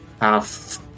half